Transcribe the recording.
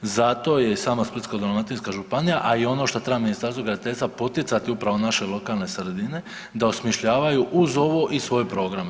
Zato je i sama Splitsko-dalmatinska županija, a i ono što treba Ministarstvo graditeljstva poticati upravo naše lokalne sredine da osmišljavaju uz ovo i svoje programe.